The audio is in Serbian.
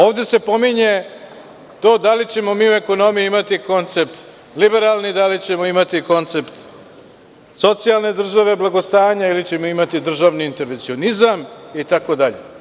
Ovde se pominje to da li ćemo mi u ekonomiji imati koncept liberalni, da li ćemo imati koncept socijalne države, blagostanja ili ćemo imati državni intervencionizam itd.